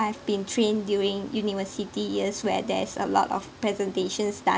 have been trained during university years where there's a lot of presentations done